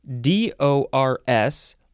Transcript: d-o-r-s